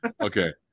Okay